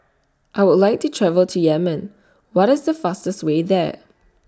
I Would like to travel to Yemen What IS The fastest Way There